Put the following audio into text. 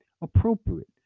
appropriate